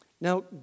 Now